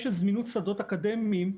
הזמינות של שדות אקדמיים,